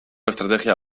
estrategia